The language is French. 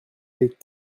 des